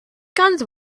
guns